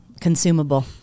consumable